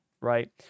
right